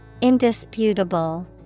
Indisputable